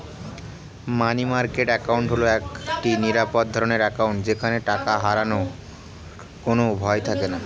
মানি market account হল একটি নিরাপদ ধরনের অ্যাকাউন্ট যেখানে টাকা হারানোর কোনো ভয় থাকেনা